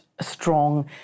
strong